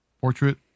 portrait